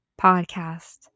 Podcast